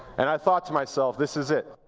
and i thought to myself, this is it.